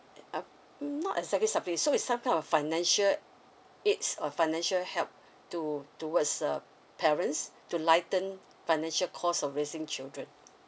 um not exactly supple~ so it's some kind of financial aids or financial help to towards uh parents to lighten financial cost of raising children